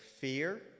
fear